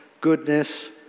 goodness